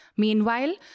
Meanwhile